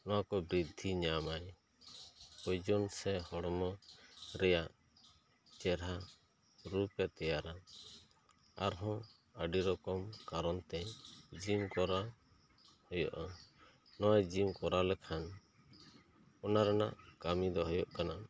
ᱱᱚᱣᱟ ᱠᱚ ᱵᱨᱤᱫᱽᱫᱷᱤ ᱧᱟᱢᱟᱭ ᱥᱤᱨᱡᱚᱱ ᱥᱮ ᱦᱚᱲᱢᱚ ᱨᱮᱭᱟᱜ ᱪᱮᱨᱦᱟ ᱨᱩᱯ ᱮ ᱛᱮᱭᱟᱨᱟ ᱟᱨᱦᱚᱸ ᱟᱹᱰᱤ ᱨᱚᱠᱚᱢ ᱠᱟᱨᱚᱱ ᱛᱮ ᱡᱤᱢ ᱠᱚᱨᱟᱣ ᱦᱩᱭᱩᱜᱼᱟ ᱚᱱᱟ ᱡᱤᱢ ᱠᱚᱨᱟᱣ ᱞᱮᱠᱷᱟᱱ ᱚᱱᱟ ᱨᱮᱱᱟᱜ ᱠᱟᱹᱢᱤ ᱫᱚ ᱦᱩᱭᱩᱜ ᱠᱟᱱᱟ